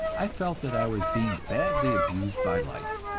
i felt that i was being badly abused by life.